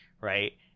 Right